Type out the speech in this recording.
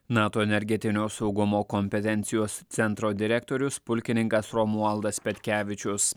nato energetinio saugumo kompetencijos centro direktorius pulkininkas romualdas petkevičius